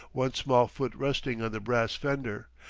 one small foot resting on the brass fender,